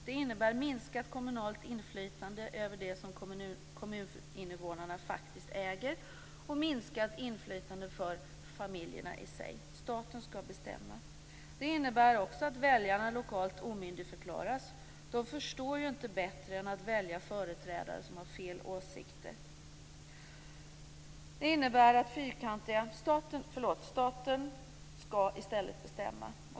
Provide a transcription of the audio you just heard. Det innebär minskat kommunalt inflytande över det som kommuninvånarna faktiskt äger och minskat inflytande för familjerna i sig. Staten skall bestämma. Det innebär också att väljarna lokalt omyndigförklaras. De förstår ju inte bättre än att välja företrädare som har fel åsikter. Staten skall bestämma.